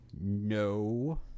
No